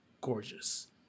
gorgeous